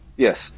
Yes